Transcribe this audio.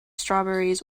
strawberries